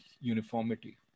uniformity